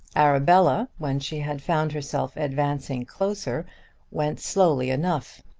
arabella when she had found herself advancing closer went slowly enough.